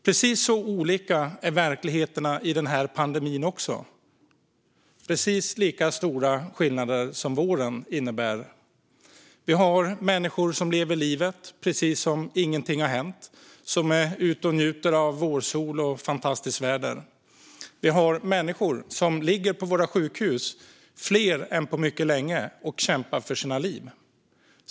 Precis så olika är också verkligheterna i den här pandemin, med precis lika stora skillnader som våren innebär. Det finns människor som lever livet precis som om ingenting har hänt och som är ute och njuter av vårsol och fantastiskt väder. Det finns också människor som ligger på våra sjukhus - fler än på mycket länge - och kämpar för sina liv.